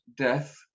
Death